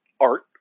Art